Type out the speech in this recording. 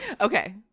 Okay